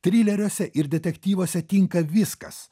trileriuose ir detektyvuose tinka viskas